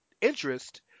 interest